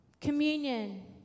Communion